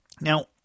Now